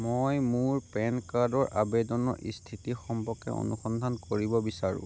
মই মোৰ পেন কাৰ্ডৰ আবেদনৰ স্থিতি সম্পৰ্কে অনুসন্ধান কৰিব বিচাৰোঁ